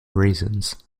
reasons